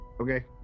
Okay